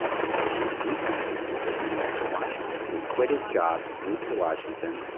and the nation's defense will be led from washington. so he quit his job, moved to washington,